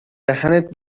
دهنت